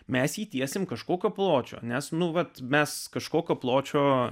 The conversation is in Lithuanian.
mes jį tiesime kažkokio pločio nes nu vat mes kažkokio pločio